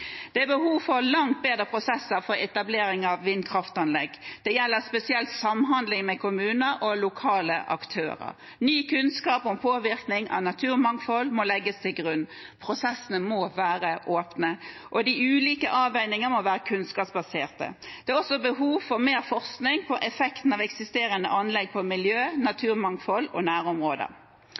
Det er behov for langt bedre prosesser for etablering av vindkraftanlegg. Det gjelder spesielt samhandling med kommuner og lokale aktører. Ny kunnskap om påvirkning på naturmangfold må legges til grunn. Prosessene må være åpne, og de ulike avveininger må være kunnskapsbaserte. Det er også behov for mer forskning på effekten av eksisterende anlegg på miljø, naturmangfold og nærområder.